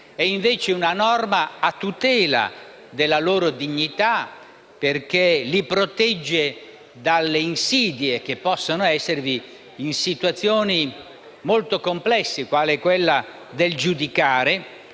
è invece posta a tutela della loro dignità perché li protegge dalle insidie che possono esservi in situazioni molto complesse, quali quella del giudicare,